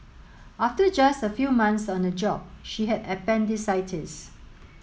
after just a few months on the job she had appendicitis